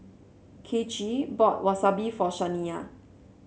Kaycee bought Wasabi for Shaniya